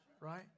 Right